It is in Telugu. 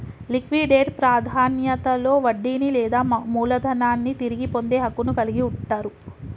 లిక్విడేట్ ప్రాధాన్యతలో వడ్డీని లేదా మూలధనాన్ని తిరిగి పొందే హక్కును కలిగి ఉంటరు